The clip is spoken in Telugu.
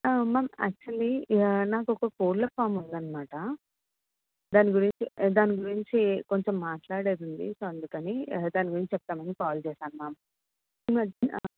మామ్ యాక్చువలీ నాకు ఒక కోళ్ల ఫామ్ ఉంది అన్నమాట దాని గురించి దాని గురించి కొంచం మాట్లాడేది ఉంది సో అందుకని దాని గురించి చెప్తాము అని కాల్ చేశాను మామ్ ఈ మధ్యన